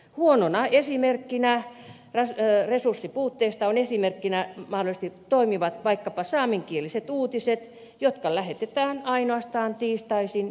huonona esimerkkinä resurssipuutteesta mahdollisesti toimivat vaikkapa saamenkieliset uutiset jotka lähetetään ainoastaan tiistaisin keskiyöllä